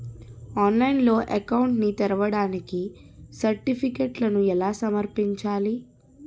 ఆన్లైన్లో అకౌంట్ ని తెరవడానికి సర్టిఫికెట్లను ఎలా సమర్పించాలి?